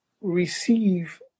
receive